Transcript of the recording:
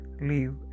leave